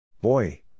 Boy